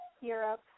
Europe